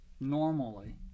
Normally